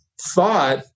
thought